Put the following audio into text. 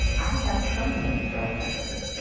i have some notes, however,